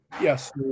Yes